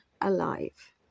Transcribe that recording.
alive